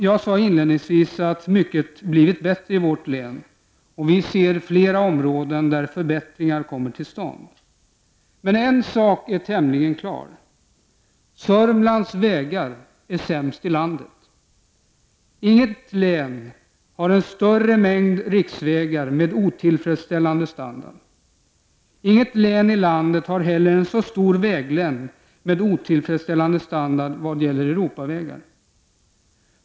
Jag sade inledningsvis att mycket blivit bättre i vårt län, och vi ser flera områden där förbättringar kommer till stånd. Men en sak är tämligen klar: Sörmlands vägar är sämst i landet. Inget län har en större mängd riksvägar med otillfredsställande standard. Inget län i landet har heller en så stor väglängd med otillfredsställande standard vad gäller Europavägar.